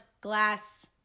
glass